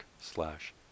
slash